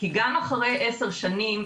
כי גם אחרי 10 שנים,